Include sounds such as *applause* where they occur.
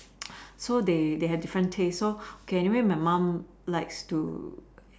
*noise* so they they had different tastes so anyway my mum likes to